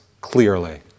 clearly